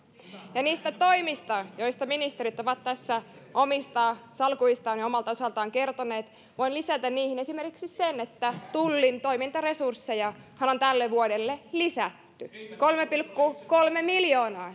ja niistä toimista joista ministerit ovat tässä omista salkuistaan ja omalta osaltaan kertoneet voin lisätä niihin esimerkiksi sen että tullin toimintaresurssejahan on tälle vuodelle lisätty kolme pilkku kolme miljoonaa